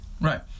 right